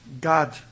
God